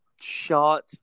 shot